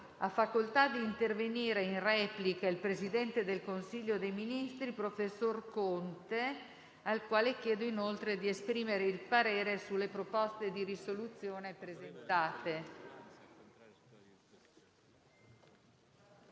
Ha facoltà di intervenire il presidente del Consiglio dei ministri, professor Conte, al quale chiedo anche di esprimere il parere sulle proposte di risoluzione presentate.